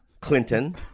Clinton